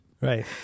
Right